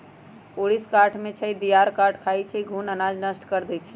ऊरीस काठमे रहै छइ, दियार काठ खाई छइ, घुन अनाज नष्ट कऽ देइ छइ